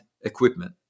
equipment